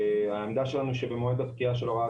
העמדה שלנו היא שבמועד הפקיעה של הוראת